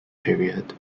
period